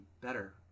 better